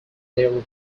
their